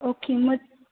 okay मग